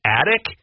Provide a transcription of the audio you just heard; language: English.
attic